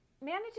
Managing